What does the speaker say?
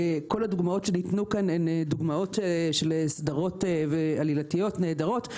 כל הדוגמאות שניתנו כאן הן דוגמאות של סדרות עלילתיות נהדרות.